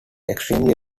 extremely